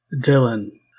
Dylan